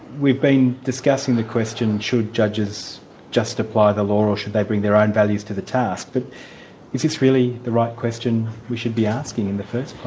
we've been discussing the question, should judges justify the law, or should they bring their own values to the task, but is this really the right question we should be asking in the first